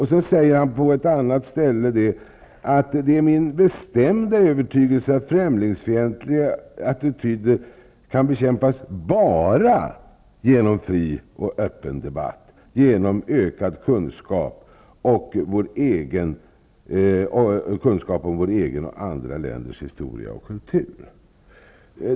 Han säger på ett annat ställe: Det är min bestämda övertygelse att främlingsfientliga attityder kan bekämpas bara genom fri och öppen debatt, genom ökad kunskap om vår egen och andra länders histora och kultur.